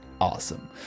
awesome